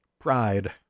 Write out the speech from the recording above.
Pride